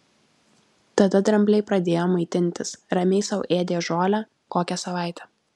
tada drambliai pradėjo maitintis ramiai sau ėdė žolę kokią savaitę